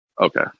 Okay